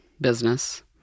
business